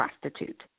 prostitute